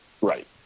Right